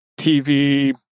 tv